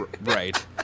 Right